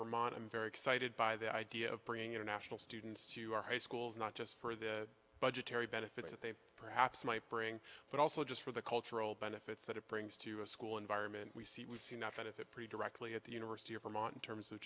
vermont i'm very excited by the idea of bringing international students to our high schools not just for the budgetary benefits that they perhaps might bring but also just for the cultural benefits that it brings to a school environment we see we've seen enough and if it pretty directly at the university of vermont in terms of